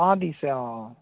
অঁ দিছে অঁ